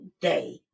day